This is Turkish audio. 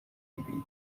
gibiydi